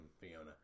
Fiona